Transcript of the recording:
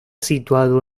situado